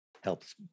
helps